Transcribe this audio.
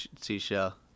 seashell